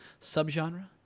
subgenre